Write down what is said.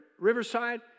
riverside